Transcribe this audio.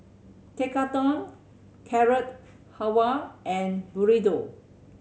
Tekkadon Carrot Halwa and Burrito